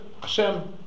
Hashem